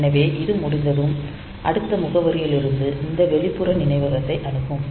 எனவே இது முடிந்ததும் அடுத்த முகவரியிலிருந்து இந்த வெளிப்புற நினைவகத்தை அணுகும்